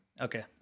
Okay